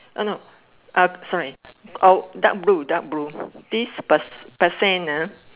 uh no up sorry oh dark blue dark blue this per~ percent ah